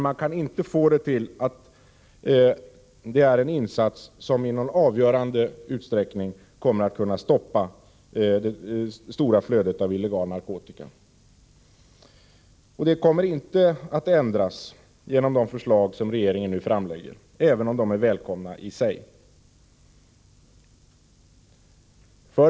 Man kan inte få det till att dessa insatser i någon avgörande utsträckning kan stoppa det stora flödet av illegal narkotika. Det kommer inte att bli någon ändring genom de förslag som regeringen nu framlägger, även om de är välkomna i sig.